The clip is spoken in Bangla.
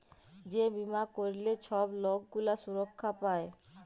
যে বীমা ক্যইরলে ছব লক গুলা সুরক্ষা পায়